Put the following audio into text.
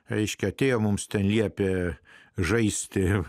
reiškia atėjo mums liepė žaisti